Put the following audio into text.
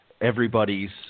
everybody's